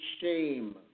shame